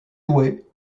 doué